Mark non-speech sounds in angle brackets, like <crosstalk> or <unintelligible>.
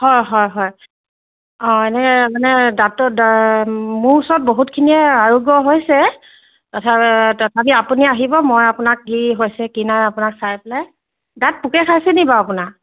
হয় হয় হয় অঁ এনেই মানে দাঁতৰ <unintelligible> মোৰ ওচৰত বহুতখিনিয়ে আৰোগ্য হৈছে তথাপি আপুনি আহিব মই আপোনাক কি হৈছে কি নাই হোৱা আপোনাক চাই পেলাই দাঁত পোকে খাইছে নেকি বাৰু আপোনাৰ